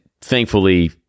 thankfully